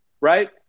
right